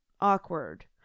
awkward